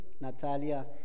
Natalia